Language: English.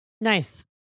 Nice